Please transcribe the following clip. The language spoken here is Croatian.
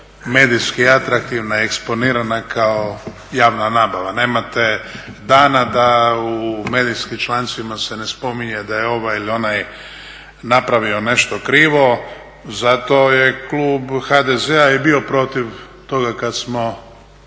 medijski atraktivna i eksponirana kao javna nabava. Nemate dana da u medijskim člancima se ne spominje da je ovaj ili onaj napravio nešto krivo. Zato je klub HDZ-a i bio protiv toga kad je